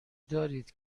دارید